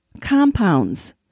compounds